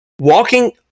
walking